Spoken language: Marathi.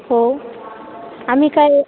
हो आम्ही काय